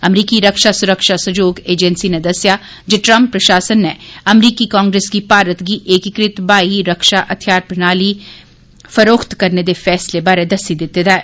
अमरीकी रक्षा स्रक्षा सहयोग एजेंसी नै दस्सेया जे ट्रम्प प्रशासन नै अमरीकी कांग्रेस गी भारत गी एकीकृत हवाई रक्षा हथियार प्रणाली बेचने ते फैलने बारै दस्सी दिते दा ऐ